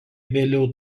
vėliau